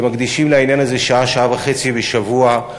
שמקדישים לעניין הזה שעה, שעה וחצי בשבוע,